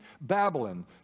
Babylon